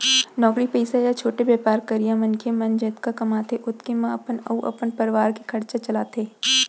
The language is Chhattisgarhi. नौकरी पइसा या छोटे बयपार करइया मनखे मन जतका कमाथें ओतके म अपन अउ अपन परवार के खरचा चलाथें